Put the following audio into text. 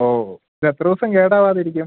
ഓ ഇത് എത്ര ദിവസം കേടാവാതിരിക്കും